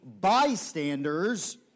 bystanders